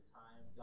time